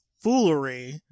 foolery